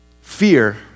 Fear